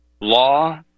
Law